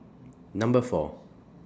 Number four